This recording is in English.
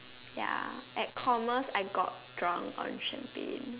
ya at commas I got drunk on champagne